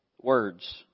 words